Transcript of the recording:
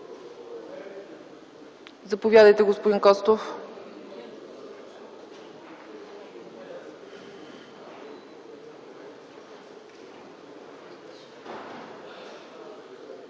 Заповядайте, господин Костов.